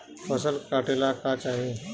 फसल काटेला का चाही?